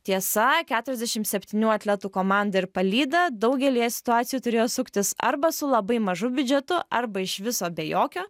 tiesa keturiasdešim septynių atletų komanda ir palyda daugelyje situacijų turėjo suktis arba su labai mažu biudžetu arba iš viso be jokio